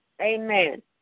Amen